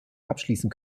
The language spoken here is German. abschließen